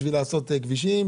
בשביל לעשות כבישים.